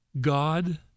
God